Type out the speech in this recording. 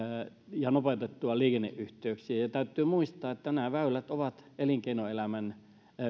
ja nopeutettua liikenneyhteyksiä täytyy muistaa että nämä väylät ovat elinkeinoelämän